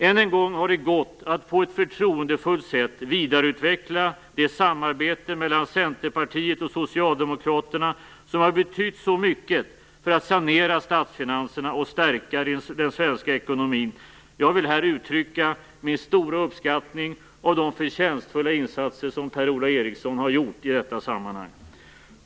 Än en gång har det gått att på ett förtroendefullt sätt vidareutveckla det samarbete mellan Centerpartiet och Socialdemokraterna som har betytt så mycket för att sanera statsfinanserna och stärka den svenska ekonomin. Jag vill här uttrycka min stora uppskattning av de förtjänstfulla insatser som Per-Ola Eriksson har gjort i detta sammanhang.